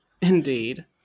indeed